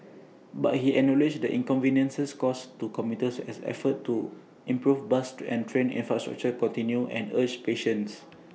but he acknowledged the inconvenience caused to commuters as efforts to improve bus and train infrastructure continue and urged patience